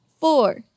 four